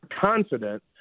confident